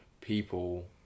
people